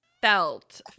felt